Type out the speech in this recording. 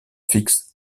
fix